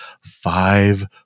five